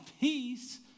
peace